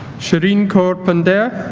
shireen kaur pandher